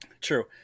True